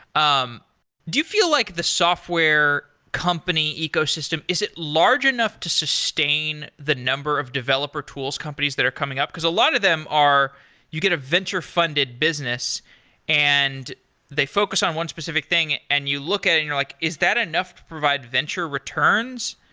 um do you feel like the software company ecosystem, is it large enough to sustain the number of developer tools, companies that are coming up? because a lot of them are you get a venture funded business and they focus on one specific thing and you look at it and you're like, is that enough to provide venture returns?